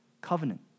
covenant